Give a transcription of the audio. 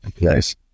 nice